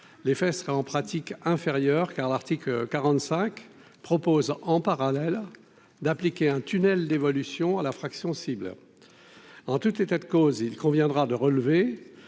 fesses seraient en pratique inférieur, car l'article 45 propose en parallèle d'appliquer un tunnel d'évolution à la fraction cible en tout état de cause, il conviendra de relever